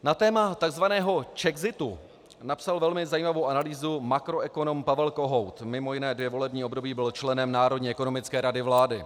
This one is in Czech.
Na téma takzvaného czexitu napsal velmi zajímavou analýzu makroekonom Pavel Kohout, mimo jiné dvě volební období byl členem Národní ekonomické rady vlády.